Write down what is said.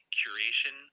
curation